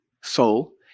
soul